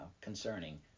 concerning